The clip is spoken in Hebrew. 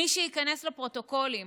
מי שייכנס לפרוטוקולים